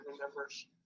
members